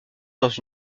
dans